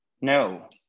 no